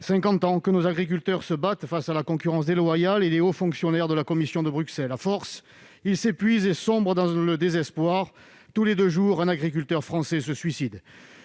ans que nos agriculteurs se battent face à la concurrence déloyale et aux hauts fonctionnaires de la Commission européenne, à Bruxelles. À force, ils s'épuisent et sombrent dans le désespoir : tous les deux jours, un agriculteur français se suicide.